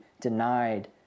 denied